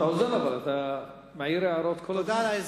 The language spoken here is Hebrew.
אתה עוזר לו אבל אתה מעיר הערות כל הזמן,